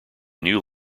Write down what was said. new